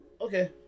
Okay